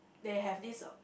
they have this uh